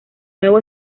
nuevo